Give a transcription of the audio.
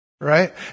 Right